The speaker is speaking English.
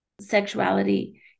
sexuality